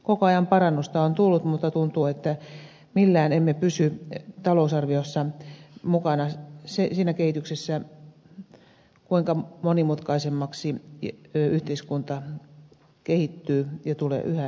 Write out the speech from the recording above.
koko ajan parannusta on tullut mutta tuntuu että millään emme pysy talousarviossa mukana siinä kehityksessä kuinka yhä monimutkaisemmaksi yhteiskunta kehittyy ja tulee yhä oikeudellisemmaksi